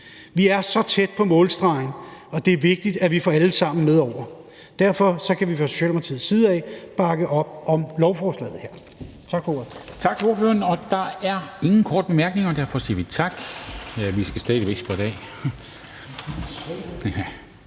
Vi er så tæt på målstregen, og det er vigtigt, at vi får alle med over. Derfor kan vi fra Socialdemokratiets side bakke op om lovforslaget her. Tak for